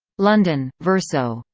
london verso.